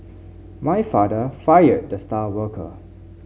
my father fired the star worker